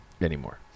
anymore